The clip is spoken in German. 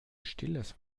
stilles